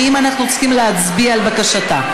האם אנחנו צריכים להצביע על בקשתה?